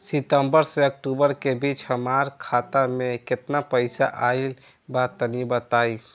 सितंबर से अक्टूबर के बीच हमार खाता मे केतना पईसा आइल बा तनि बताईं?